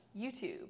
YouTube